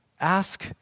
ask